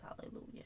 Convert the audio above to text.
hallelujah